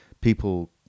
people